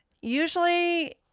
Usually